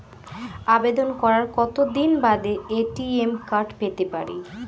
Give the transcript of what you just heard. আবেদন করার কতদিন বাদে এ.টি.এম কার্ড পেতে পারি?